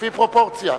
לפי פרופורציה.